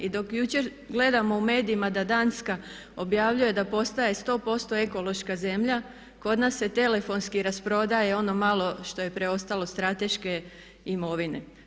I dok jučer gledamo u medijima da Danska objavljuje da postaje 100% ekološka zemlja kod nas se telefonski rasprodaje ono malo što je preostalo od strateške imovine.